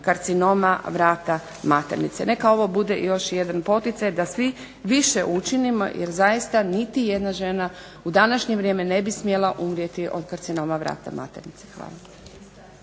karcinoma vrata maternice. Neka ovo bude još jedan poticaj da svi više učinimo jer zaista niti jedna žena u današnje vrijeme ne bi smjela umrijeti od karcinoma vrata maternice. Hvala.